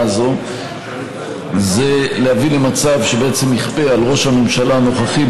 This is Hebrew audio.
הזאת היא להביא למצב שבעצם יכפה על ראש הממשלה הנוכחי,